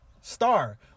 star